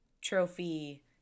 Trophy